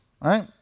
right